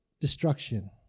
destruction